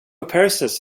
appearances